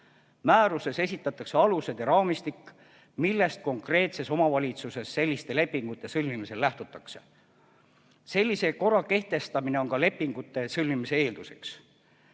Määruses esitatakse alused ja raamistik, millest konkreetses omavalitsuses selliste lepingute sõlmimisel lähtutakse. Sellise korra kehtestamine on ka lepingute sõlmimise eelduseks.